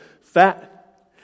fat